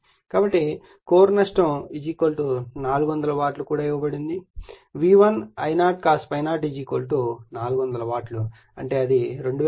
కాబట్టి ఇనుము నష్టం అయిన కోర్ నష్టం 400 వాట్ కూడా ఇవ్వబడుతుంది కాబట్టి V1 I0 cos ∅0 400 వాట్ అంటే అది 2400 0